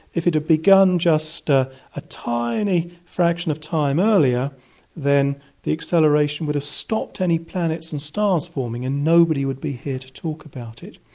if it had begun just a ah tiny fraction of time earlier then the acceleration would have stopped any planets and stars forming and nobody would be here to talk about it.